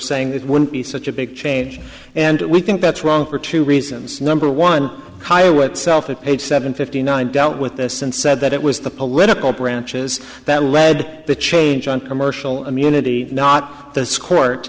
saying it wouldn't be such a big change and we think that's wrong for two reasons number one what selfish page seven fifty nine dealt with this and said that it was the political branches that led the change on commercial immunity not this court